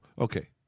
okay